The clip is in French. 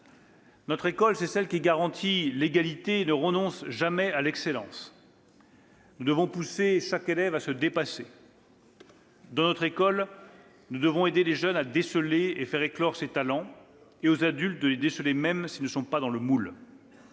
Notre école, c'est celle qui garantit l'égalité et ne renonce jamais à l'excellence. Nous devons pousser chaque élève à se dépasser. Dans notre école, nous devons aider les jeunes à faire éclore leurs talents et les adultes à déceler ces derniers, même s'ils n'entrent pas dans le moule.